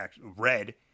red